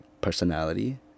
personality